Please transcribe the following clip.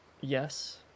yes